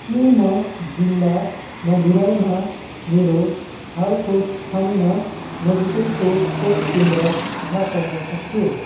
के म जिल्ला मधुराईमा मेरो हालको स्थानमा नजिकैको खोप केन्द्र थाहा पाउन सक्छु